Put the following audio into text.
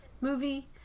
movie